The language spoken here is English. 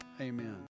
Amen